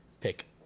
pick